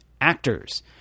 actors